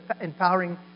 empowering